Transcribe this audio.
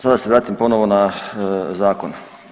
Sad da se vratim ponovo na Zakon.